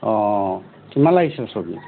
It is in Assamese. অঁ কিমান লাগিছিলে চব্জি